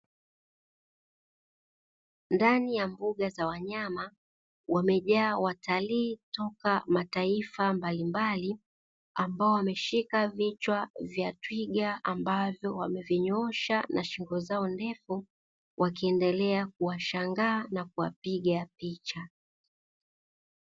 Ndani ya mbuga za wanyama wamejaa watalii toka mataifa mbalimbali ambao wameshika vichwa vya Twiga ambavyo wamevinyoosha na shingo zao ndefu wakiendelea kuwashangaa na kuwapiga picha.